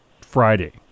Friday